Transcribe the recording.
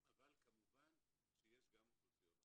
אבל כמובן שיש גם אוכלוסיות אחרות.